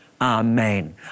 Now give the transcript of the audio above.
amen